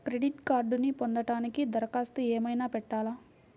Credit కార్డ్ను పొందటానికి దరఖాస్తు ఏమయినా పెట్టాలా?